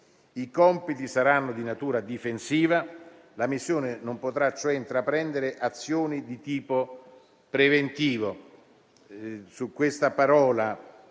Icompiti saranno di natura difensiva. La missione non potrà, cioè, intraprendere azioni di tipo preventivo.